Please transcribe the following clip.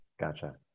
Gotcha